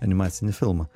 animacinį filmą